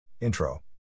Intro